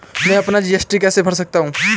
मैं अपना जी.एस.टी कैसे भर सकता हूँ?